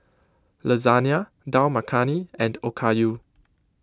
Lasagna Dal Makhani and Okayu